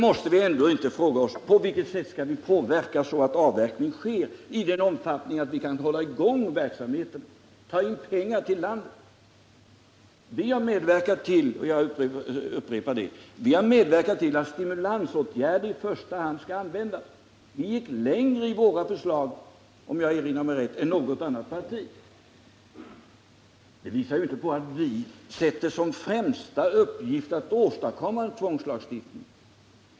Måste vi ändå inte fråga oss på vilket sätt vi skall påverka, så att avverkning sker i sådan omfattning att man kan ha Nr 172 verksamheten i gång, ta hem pengar till landet? Fredagen den Jag vill upprepa att vi har medverkat till att stimulansåtgärder i första hand 8 juni 1979 skall användas. Vi gick längre i våra förslag, om jag erinrar mig rätt, än man gjorde i något annat parti. Det tyder ju inte på att vi sätter som främsta uppgift att åstadkomma en tvångslagstiftning.